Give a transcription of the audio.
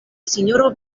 sinjoro